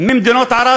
ממדינות ערב,